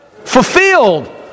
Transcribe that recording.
fulfilled